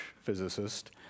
physicist